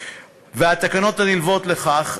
והתקנות הנלוות לכך,